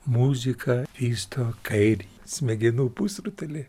muzika vysto kairįjį smegenų pusrutulį